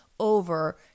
over